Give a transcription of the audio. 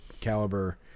caliber